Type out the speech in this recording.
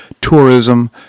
tourism